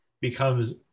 becomes